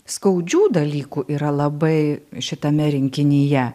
skaudžių dalykų yra labai šitame rinkinyje